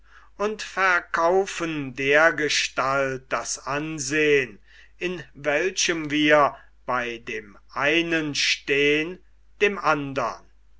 und verkaufen dergestalt das ansehn in welchem wir bei dem einen stehen dem andern